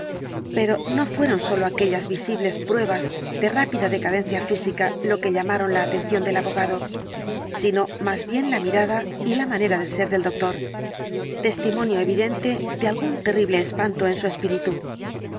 pero no fueron sólo aquellas visibles pruebas de rápida decadencia física lo que llamaron la atención del abogado sino más bien la mirada y la manera de ser del doctor testimonio evidente de algún terrible notable incidente del dr lanyón espanto en su espíritu